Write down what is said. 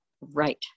right